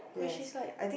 which is like